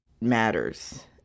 matters